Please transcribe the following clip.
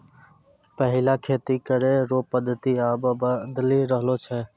पैहिला खेती करै रो पद्धति आब बदली रहलो छै